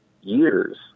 years